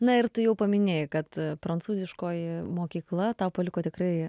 na ir tu jau paminėjai kad prancūziškoji mokykla tau paliko tikrai